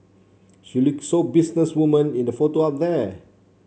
she look so business woman in the photo up there